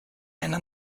einer